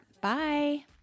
Bye